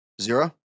Zero